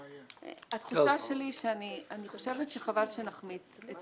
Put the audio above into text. התחושה שלי היא שאני חושבת שחבל שנחמיץ את